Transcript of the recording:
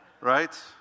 Right